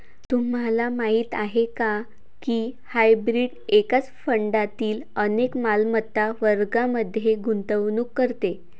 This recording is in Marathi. तुम्हाला माहीत आहे का की हायब्रीड एकाच फंडातील अनेक मालमत्ता वर्गांमध्ये गुंतवणूक करते?